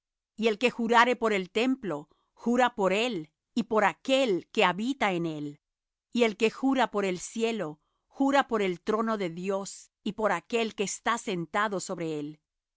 y el que jurare por el templo jura por él y por aquél que habita en él y el que jura por el cielo jura por el trono de dios y por aquél que está sentado sobre él